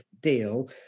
deal